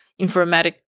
informatic